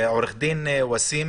עורך הדין ואסים